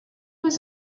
was